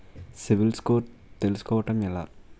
CIBIL score తెల్సుకోటం ఎలా?